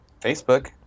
Facebook